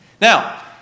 Now